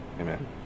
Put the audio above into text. Amen